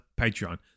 Patreon